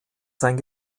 sein